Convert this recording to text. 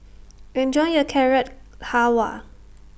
Enjoy your Carrot Halwa